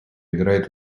играет